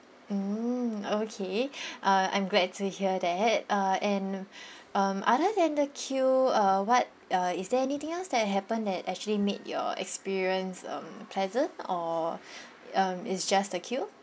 mm okay uh I'm glad to hear that uh and um other than the queue uh what uh is there anything else that happened that actually made your experience um pleasant or um it's just the queue